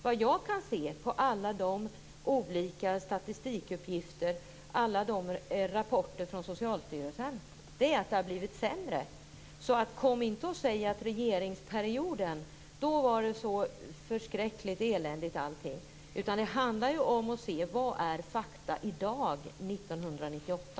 Vad jag kan se av alla olika statistikuppgifter och alla rapporter från Socialstyrelsen är att det har blivit sämre. Kom inte och säg att det var så förskräckligt eländigt under den borgerliga regeringsperioden. Det handlar om vad som är fakta i dag år 1998.